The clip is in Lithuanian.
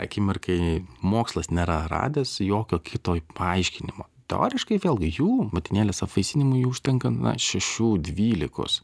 akimirkai mokslas nėra radęs jokio kito paaiškinimo teoriškai vėlgi jų motinėlės apvaisinimui užtenka šešių dvylikos